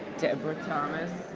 deborah thomas